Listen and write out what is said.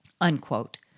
Unquote